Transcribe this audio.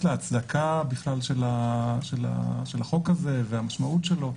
להצדקה בכלל של החוק הזה והמשמעות שלו.